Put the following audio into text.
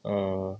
err